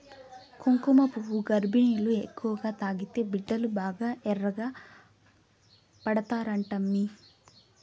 కుంకుమపువ్వు గర్భిణీలు ఎక్కువగా తాగితే బిడ్డలు బాగా ఎర్రగా పడతారంటమ్మీ